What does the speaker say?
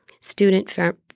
student